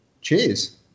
cheers